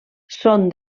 són